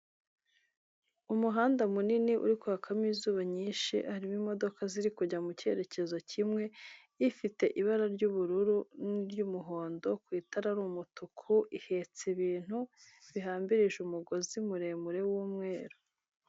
Umuhanda munini uri kwakamo izuba ryinshi, harimo imodoka ziri kujya mu cyerekezo kimwe, ifite ibara ry'ubururu n'iry'umuhondo ku itara ry'umutuku ihetse ibintu bihambirije umugozi muremure w'umweru.